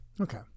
Okay